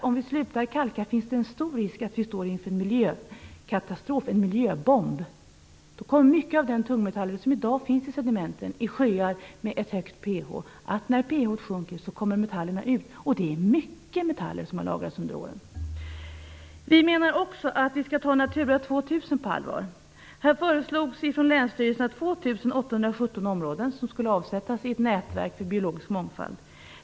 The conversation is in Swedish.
Om vi slutar kalka finns det en stor risk att vi står inför en miljökatastrof, en miljöbomb. När pH värdet sjunker i sjöarna kommer mycket av de tungmetaller som i dag finns i sedimenten ut. Det är mycket metaller som har lagrats under åren. Vi menar också att man skall ta Natura 2000 på allvar. Här föreslogs från länsstyrelserna att 2 817 områden skulle avsättas i ett nätverk för biologisk mångfald.